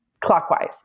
clockwise